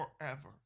forever